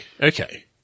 okay